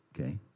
okay